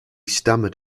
stammered